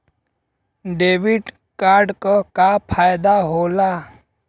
Debit card क का फायदा हो ला?